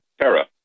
Tara